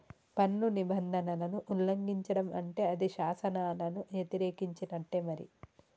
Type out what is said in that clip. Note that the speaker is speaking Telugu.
పన్ను నిబంధనలను ఉల్లంఘిచడం అంటే అది శాసనాలను యతిరేకించినట్టే మరి